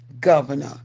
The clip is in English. governor